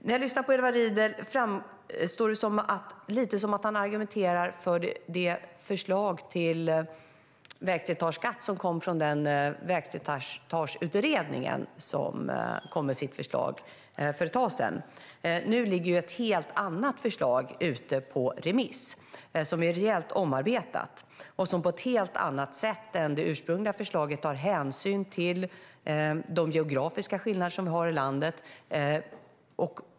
När jag lyssnar på Edward Riedl framstår det lite som att han argumenterar mot det förslag till vägslitageskatt som kom från Vägslitageskattekommittén för ett tag sedan. Nu ligger ett helt annat förslag ute på remiss. Det är rejält omarbetat och tar på ett helt annat sätt än det ursprungliga förslaget hänsyn till de geografiska skillnader som vi har i landet.